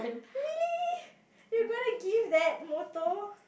really you gonna give that motto